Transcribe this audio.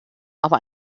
aber